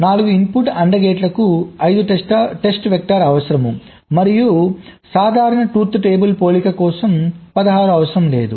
4 input AND గేట్లకు 5 test vectors అవసరం మరియు సాధారణ ట్రూత్ టేబుల్ పోలిక కోసం 16 అవసరం లేదు